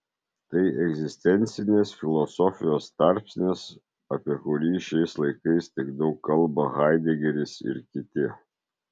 tai egzistencinės filosofijos tarpsnis apie kurį šiais laikais tiek daug kalba haidegeris ir kiti